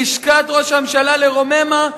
לשכת ראש הממשלה לרוממה,